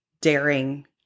daring